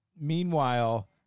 Meanwhile